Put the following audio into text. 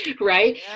right